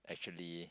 actually